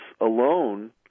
alone